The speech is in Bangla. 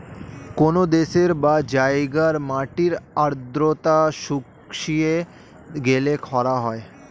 কোন দেশের বা জায়গার মাটির আর্দ্রতা শুষিয়ে গেলে খরা হয়